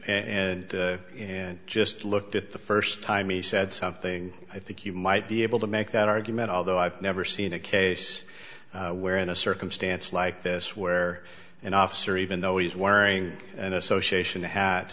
and and just looked at the st time he said something i think you might be able to make that argument although i've never seen a case where in a circumstance like this where an officer even though he's wearing an association